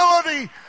ability